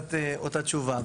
קצת אותה תשובה.